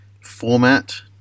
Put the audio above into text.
format